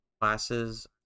classes